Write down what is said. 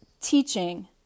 teaching